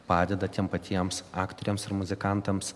padeda tiem patiems aktoriams ir muzikantams